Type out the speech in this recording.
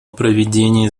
проведении